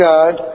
God